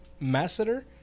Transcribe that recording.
masseter